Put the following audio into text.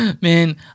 Man